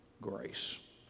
grace